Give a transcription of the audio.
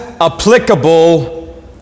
applicable